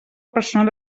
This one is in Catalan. personal